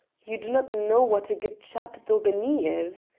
you do not know what a good chap daubeney is.